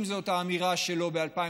אם זאת האמירה שלו ב-2015,